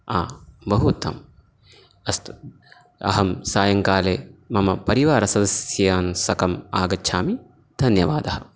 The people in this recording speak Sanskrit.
आ बहु उत्तमम् अस्तु अहं सायङ्काले मम परिवारसदस्यान् साकम् आगच्छामि धन्यवादः